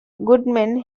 goodman